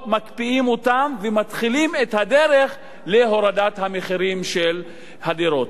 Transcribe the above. מקפיאים אותם ומתחילים את הדרך להורדת המחירים של הדירות.